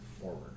forward